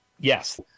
Yes